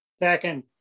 Second